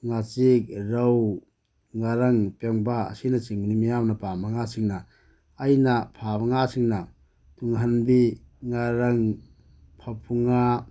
ꯉꯥꯆꯤꯛ ꯔꯧ ꯉꯥꯔꯪ ꯄꯦꯡꯕꯥ ꯑꯁꯤꯅꯆꯤꯡꯕꯅꯤ ꯃꯤꯌꯥꯝꯅ ꯄꯥꯝꯕ ꯉꯥꯁꯤꯡꯅ ꯑꯩꯅ ꯐꯥꯕ ꯉꯥꯁꯤꯡꯅ ꯇꯨꯡꯍꯟꯕꯤ ꯉꯥꯔꯪ ꯐꯥꯕꯧ ꯉꯥ